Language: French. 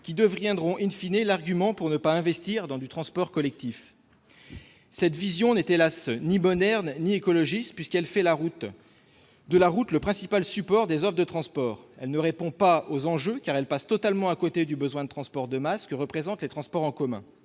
qui deviendront,, l'argument pour ne pas investir dans du transport collectif. Cette vision n'est, hélas, ni moderne ni écologiste, puisqu'elle fait de la route le principal support des offres de transport. Elle ne répond pas aux enjeux, car elle passe totalement à côté du besoin de transport de masse que représentent les transports en commun.